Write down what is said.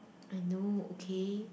I know okay